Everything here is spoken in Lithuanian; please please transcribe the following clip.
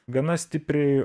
gana stipriai